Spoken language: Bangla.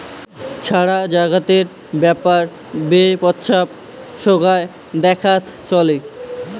সারা জাগাতের ব্যাপার বেপছা সোগায় দেখাত চলে